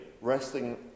resting